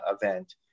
event